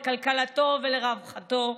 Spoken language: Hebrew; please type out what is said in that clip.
לכלכלתו ולרווחתו.